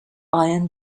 iron